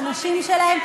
לנשים שלהם,